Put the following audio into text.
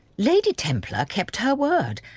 lady templar kept her word,